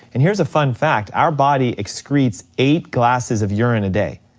and here's a fun fact, our body excretes eight glasses of urine a day.